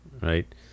right